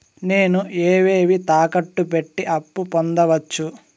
నేను ఏవేవి తాకట్టు పెట్టి అప్పు పొందవచ్చు?